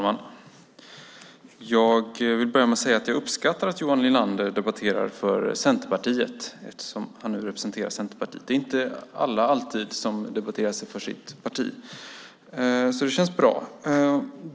Herr talman! Jag uppskattar att Johan Linander debatterar för Centerpartiet eftersom han nu representerar Centerpartiet - det är ju inte alltid som alla debatterar för sitt parti, så det känns bra.